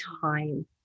time